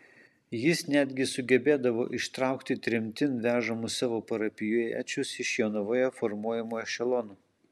jis netgi sugebėdavo ištraukti tremtin vežamus savo parapijiečius iš jonavoje formuojamų ešelonų